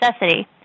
necessity